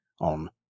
on